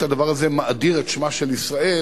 והדבר השני, זה מאדיר את שמה של ישראל,